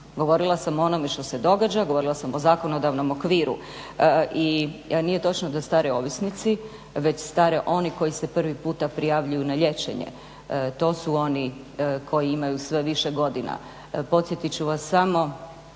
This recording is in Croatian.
Govorila sam o onome što se događa, govorila sam o zakonodavnom okviru. I nije točno da stare ovisnici već stare oni koji se prvi puta prijavljuju na liječenje. To su oni koji imaju sve više godina. Podsjetit ću vas samo